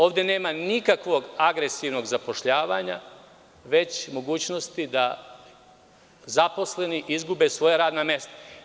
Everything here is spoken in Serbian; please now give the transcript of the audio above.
Ovde nema nikakvog agresivnog zapošljavanja, već mogućnosti da zaposleni izgube svoja radna mesta.